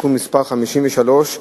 תיקון מס' 53,